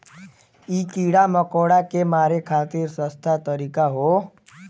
इ कीड़ा मकोड़ा के मारे खातिर सस्ता तरीका हौ